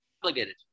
obligated